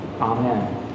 Amen